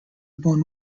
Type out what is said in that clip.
born